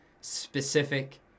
specific